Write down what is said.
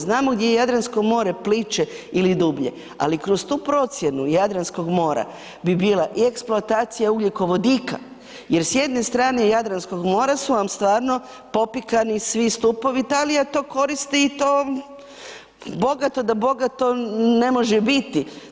Znamo gdje je Jadransko more pliće ili dublje, ali kroz tu procjenu Jadranskog mora bi bila i eksploatacija ugljikovodika jer s jedne strane Jadranskog mora su vam stvarno popikani svi stupovi, Italija to koristi i to bogato da bogato ne možete biti.